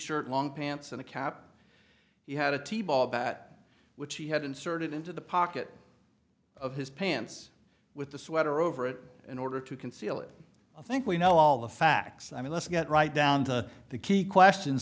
shirt long pants and a cap he had a t ball bat which he had inserted into the pocket of his pants with the sweater over it in order to conceal it i think we know all the facts i mean let's get right down to the key question